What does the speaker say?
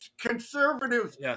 conservatives